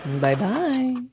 Bye-bye